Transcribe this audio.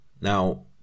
Now